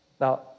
Now